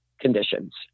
Conditions